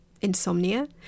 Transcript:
Insomnia